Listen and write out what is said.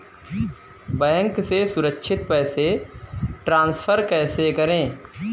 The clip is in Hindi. बैंक से सुरक्षित पैसे ट्रांसफर कैसे करें?